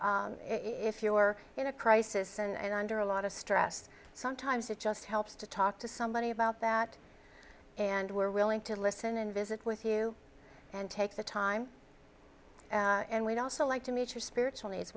needs if you are in a crisis and under a lot of stress sometimes it just helps to talk to somebody about that and we're willing to listen and visit with you and take the time and we'd also like to meet your spiritual